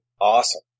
Awesome